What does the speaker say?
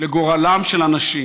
לגורלם של אנשים,